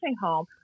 home